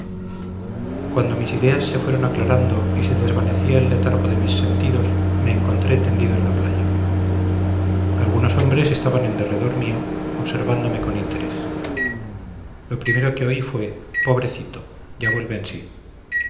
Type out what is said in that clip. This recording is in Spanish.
cuando mis ideas se fueron aclarando y se desvanecía el letargo de mis sentidos me encontré tendido en la playa algunos hombres estaban en derredor mío observándome con interés lo primero que oí fue pobrecito ya vuelve en sí